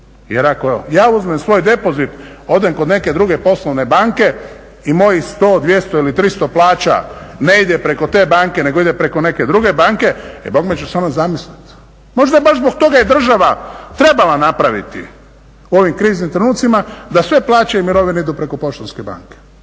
jer ako ja uzmem svoj depozit odem kod neke druge poslovne banke i mojih 100, 200 ili 300 plaća ne ide preko te banke nego ide preko neke druge banke, e bogme će se ona zamisliti. Možda je baš zbog toga država trebala napraviti u ovim kriznim trenucima da sve plaće i mirovine idu preko poštanske banke